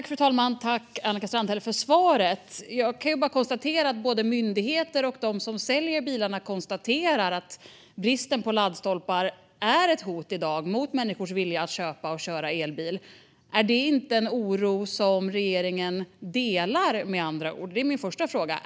Fru talman! Tack, Annika Strandhäll, för svaret! Jag kan bara konstatera att både myndigheter och de som säljer bilarna konstaterar att bristen på laddstolpar i dag är ett hot mot människors vilja att köpa och köra elbil. Är det inte en oro som regeringen delar? Det är min första fråga.